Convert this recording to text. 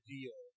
Deal